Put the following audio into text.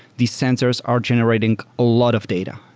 these sensors are generating a lot of data,